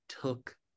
took